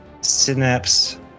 synapse